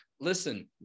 listen